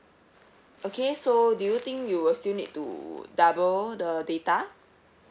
okay so do you think you will still need to double the data